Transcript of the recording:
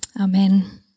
Amen